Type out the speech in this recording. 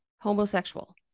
homosexual